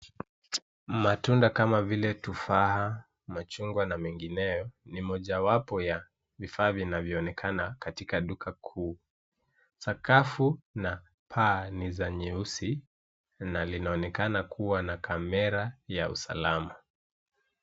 Matunda kama vile tufaha ,machungwa na mengineo ni mojawapo ya vifaa vinavyo onekana katika duka kuu. Sakafu na paa ni za nyeusi na linaonekana kuwa na kamera ya usalama.